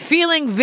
Feeling